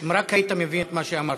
מהלב, אם רק היית מבין את מה שאמרתי.